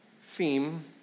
theme